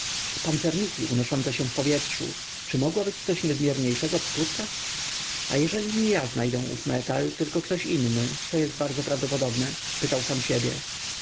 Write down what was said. świecie pancerniki unoszące się w powietrzu czy mogło być coś niezmierniejszego w skutkach a jeżeli nie ja znajdę ów metal tylko ktoś inny co jest bardzo prawdopodobne pytał sam siebie